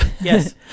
yes